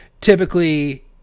typically